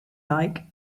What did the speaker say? like